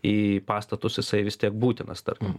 į pastatus jisai vis tiek būtinas tarkim